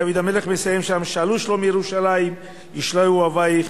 דוד המלך מסיים שם: "שאלו שלום ירושלם ישליו אוהביך,